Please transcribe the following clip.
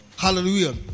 Hallelujah